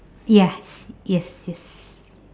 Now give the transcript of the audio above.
yes yes yes